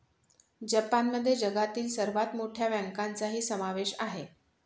जपानमध्ये जगातील सर्वात मोठ्या बँकांचाही समावेश आहे